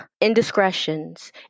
indiscretions